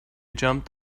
jumped